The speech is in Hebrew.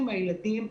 עם הילדים,